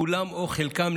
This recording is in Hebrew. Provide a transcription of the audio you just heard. כולם או חלקם,